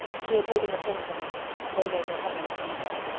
she had taken the pins out they made her head ache, she said.